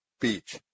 beach